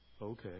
Okay